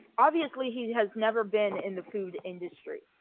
obviously he has never been in the food industry